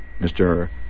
Mr